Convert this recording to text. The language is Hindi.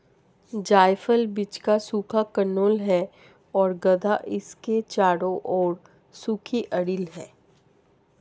जायफल बीज का सूखा कर्नेल है और गदा इसके चारों ओर सूखी अरिल है